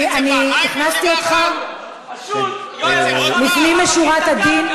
אני הכנסתי אותך לפנים משורת הדין.